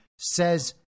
says